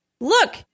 look